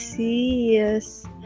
Yes